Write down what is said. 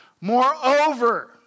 Moreover